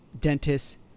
dentists